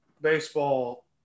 baseball